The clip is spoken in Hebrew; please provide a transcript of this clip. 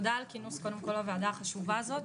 תודה על כינוס הוועדה החשובה הזאת.